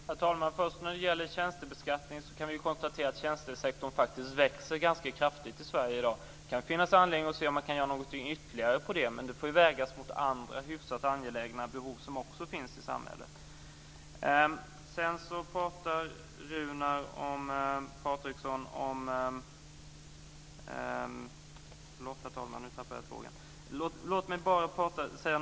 Herr talman! När det först gäller tjänstebeskattningen kan vi konstatera att tjänstesektorn växer ganska kraftigt i Sverige i dag. Det kan finnas anledning att se om man kan göra någonting ytterligare, men det får vägas mot andra, hyfsat angelägna behov som också finns i samhället.